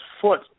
foot